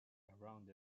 around